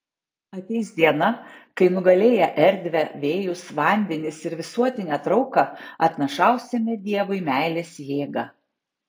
ateis diena kai nugalėję erdvę vėjus vandenis ir visuotinę trauką atnašausime dievui meilės jėgą